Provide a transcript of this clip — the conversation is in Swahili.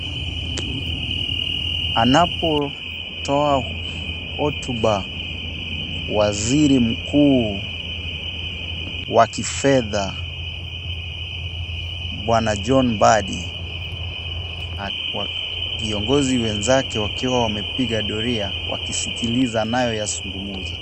Anapotoa hotuba waziri mkuu wa kifedha bwana John Mbadi. Viongozi wenzake wakiwa wamepiga doria wakisikiliza anayoyazungumza.